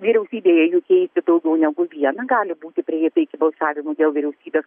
vyriausybėje jų keisti daugiau negu vieną gali būti prieita iki balsavimų dėl vyriausybės